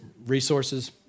Resources